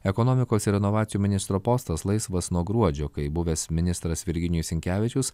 ekonomikos ir inovacijų ministro postas laisvas nuo gruodžio kai buvęs ministras virginijus sinkevičius